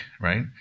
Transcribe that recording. right